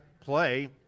play –